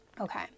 okay